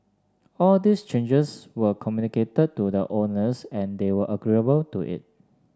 all these changes were communicated to the owners and they were agreeable to it